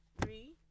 three